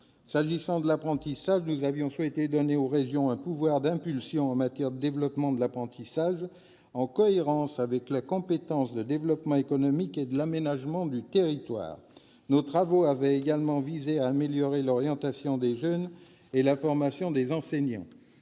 S'agissant de l'apprentissage, nous avions ainsi souhaité donner aux régions un pouvoir d'impulsion en faveur de son développement, en cohérence avec leur compétence de développement économique et d'aménagement du territoire. Nos travaux avaient également visé à améliorer l'orientation des jeunes et la formation des enseignants,